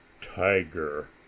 tiger